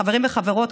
חברים וחברות,